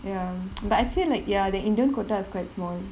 ya but I feel like ya the indian quota is quite small